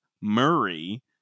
murray